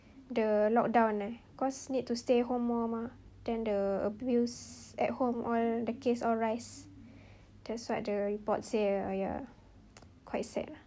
the lockdown eh cause you need to stay home more mah then the abuse at home all the case all rose that's what the reports say lah ya quite sad lah